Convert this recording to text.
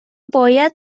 باید